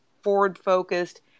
forward-focused